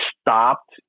stopped